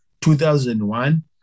2001